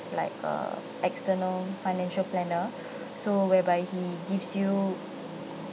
like uh external financial planner so whereby he gives you